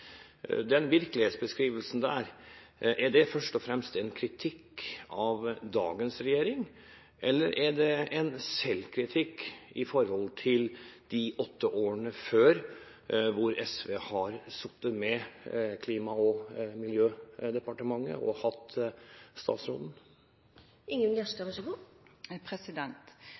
den virkelighetsbeskrivelsen først og fremst en kritikk av dagens regjering, eller er det en selvkritikk av de åtte årene før, da SV satt i Klima- og miljødepartementet og hadde statsråden?